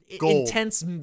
intense